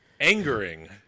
angering